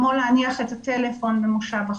כמו להניח את הטלפון במושב אחורי,